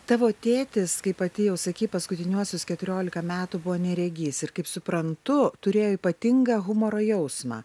tavo tėtis kaip pati jau sakei paskutiniuosius keturiolika metų buvo neregys ir kaip suprantu turėjo ypatingą humoro jausmą